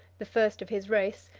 the first of his race,